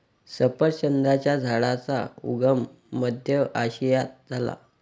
सफरचंदाच्या झाडाचा उगम मध्य आशियात झाला